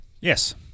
Yes